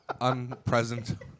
unpresent